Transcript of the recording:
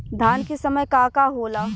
धान के समय का का होला?